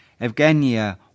Evgenia